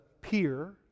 peer